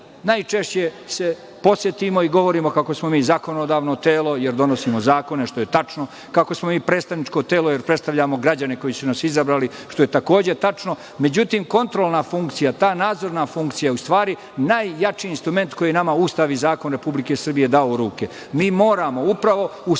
najčešće se podsetimo i govorimo kako smo mi zakonodavno telo jer donosimo zakone, što je tačno, kako smo mi predstavničko telo jer predstavljamo građane koje su nas izabrali, što je takođe tačno, međutim, kontrolna funkcija, ta nadzorna funkcija je u stvari najjači instrument koji je nama Ustav i zakon Republike Srbije dao u ruke. Mi moramo upravo uz